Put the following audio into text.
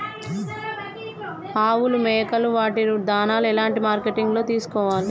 ఆవులు మేకలు వాటి దాణాలు ఎలాంటి మార్కెటింగ్ లో తీసుకోవాలి?